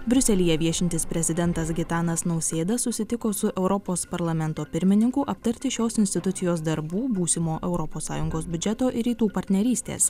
briuselyje viešintis prezidentas gitanas nausėda susitiko su europos parlamento pirmininku aptarti šios institucijos darbų būsimo europos sąjungos biudžeto ir rytų partnerystės